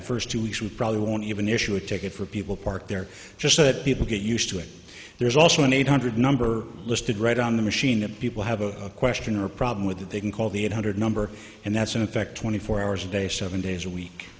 the first two weeks and probably won't even issue a ticket for people park they're just good people get used to it there's also an eight hundred number listed right on the machine that people have a question or a problem with that they can call the eight hundred number and that's in effect twenty four hours a day seven days a week